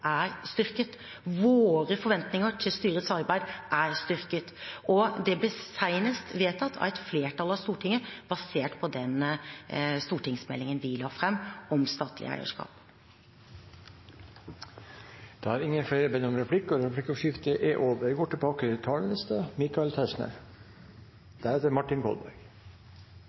er styrket. Våre forventninger til styrets arbeid er styrket, og det ble senest vedtatt av et flertall av Stortinget, basert på den stortingsmeldingen vi la fram om statlig eierskap. Replikkordskiftet er over. Debatten i dag, enkelte innlegg og